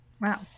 Wow